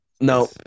no